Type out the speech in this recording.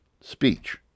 speech